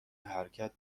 حرکت